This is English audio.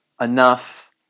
enough